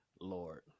Lord